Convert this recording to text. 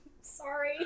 Sorry